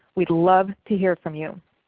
we'd love to hear from you.